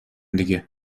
دیگه